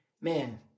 man